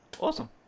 Awesome